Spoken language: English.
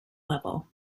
level